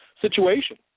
situation